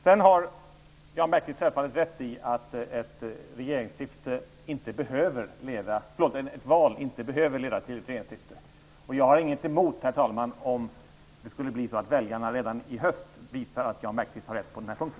Jan Bergqvist har självfallet rätt i att ett val inte behöver leda till ett regeringsskifte. Jag har inget emot, herr talman, om väljarna redan i höst skulle visa att Jan Bergqvist har rätt på den punkten.